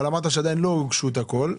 אבל אמרת שעדיין לא הוגשו הכול.